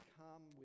come